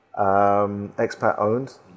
expat-owned